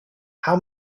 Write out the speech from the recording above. how